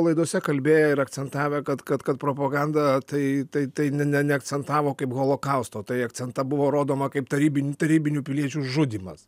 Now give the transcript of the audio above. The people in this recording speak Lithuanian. laidose kalbėję ir akcentavę kad kad kad propaganda tai tai tai ne neakcentavo kaip holokausto tai akcenta buvo rodoma kaip tarybin tarybinių piliečių žudymas